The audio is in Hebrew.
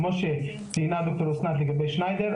כמו שציינה ד"ר אסנת לגבי שניידר,